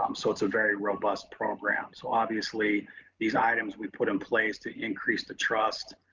um so it's a very robust program. so obviously these items we put in place to increase the trust